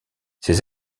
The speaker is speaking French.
ces